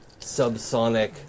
subsonic